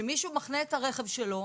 שמישהו מחנה את הרכב שלו